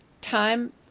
time